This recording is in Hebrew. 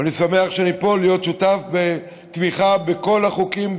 ואני שמח שאני פה להיות שותף בתמיכה בכל החוקים,